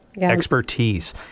expertise